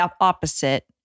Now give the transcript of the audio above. opposite